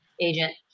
agent